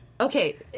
Okay